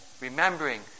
remembering